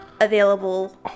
available